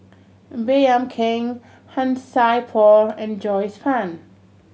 Baey Yam Keng Han Sai Por and Joyce Fan